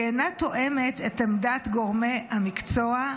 והיא אינה תואמת את עמדת גורמי המקצוע.